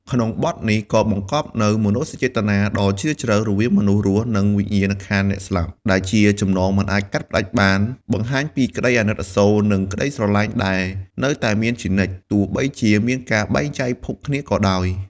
ក្នុងបទនេះក៏បង្កប់នូវ មនោសញ្ចេតនាដ៏ជ្រាលជ្រៅ រវាងមនុស្សរស់ និងវិញ្ញាណក្ខន្ធអ្នកស្លាប់ ដែលជាចំណងមិនអាចកាត់ផ្តាច់បាន បង្ហាញពីក្តីអាណិតអាសូរ និងក្តីស្រឡាញ់ដែលនៅតែមានជានិច្ច ទោះបីជាមានការបែកចែកភពគ្នាក៏ដោយ។